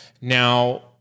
Now